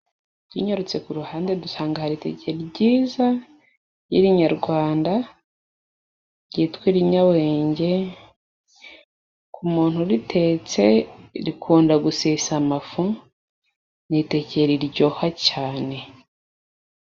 Tunyarutse ku ruhande dusanga hari iteke ryiza ryiri nyarwanda, ryitwa irinyowenge k'umuntu uritetse, rikunda gusesa amafu ni iteke riryoha cyane.